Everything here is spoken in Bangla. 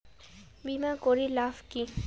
বিমা করির লাভ কি?